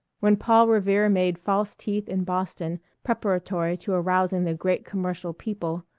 when paul revere made false teeth in boston preparatory to arousing the great commercial people,